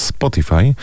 Spotify